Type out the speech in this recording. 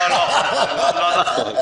לא נכון.